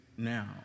Now